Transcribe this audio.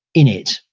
in it,